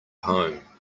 home